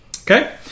Okay